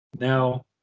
Now